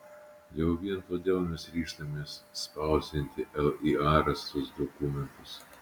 jau vien todėl mes ryžtamės spausdinti lya rastus dokumentus